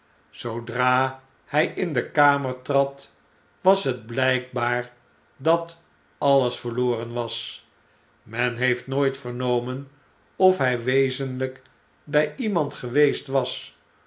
hoorden zoodrahy in dekamer trad was het blykbaar dat alles verloren was men heeft nooit vernomen of hy wezenlijk bij iemand geweest was